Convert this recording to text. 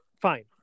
Fine